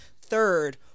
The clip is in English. third